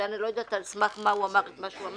שאני לא יודעת על סמך מה אמר את שאמר.